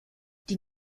die